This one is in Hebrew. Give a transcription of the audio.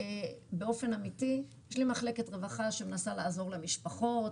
באופן אמיתי יש לי מחלקת רווחה שמנסה לעזור למשפחות,